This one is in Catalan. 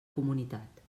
comunitat